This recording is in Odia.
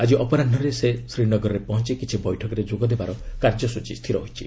ଆଜି ଅପରାହ୍ନରେ ସେ ଶ୍ରୀନଗରରେ ପହଞ୍ଚ କିଛି ବୈଠକରେ ଯୋଗଦେବାର କାର୍ଯ୍ୟସୂଚୀ ସ୍ଥିର ହୋଇଛି